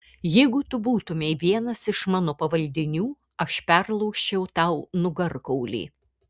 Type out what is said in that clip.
jeigu tu būtumei vienas iš mano pavaldinių aš perlaužčiau tau nugarkaulį